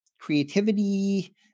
creativity